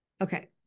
okay